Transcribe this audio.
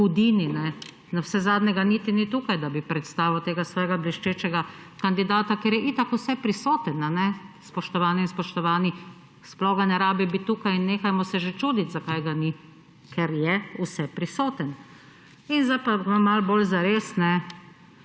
hudini. Navsezadnje ga niti ni tukaj, da bi predstavil tega svojega bleščečega kandidata, ker je itak vseprisoten, spoštovane in spoštovani, sploh ga ne rabi biti tukaj in nehajmo se že čuditi zakaj ga ni, ker je vseprisoten. Sedaj pa malo bolj zares.